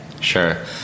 Sure